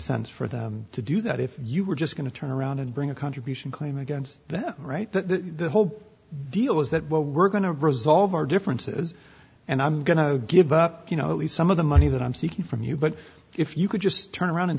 sense for them to do that if you were just going to turn around and bring a contribution claim against that right that the whole deal is that what we're going to resolve our differences and i'm going to give up you know if some of the money that i'm seeking from you but if you could just turn around and